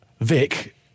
Vic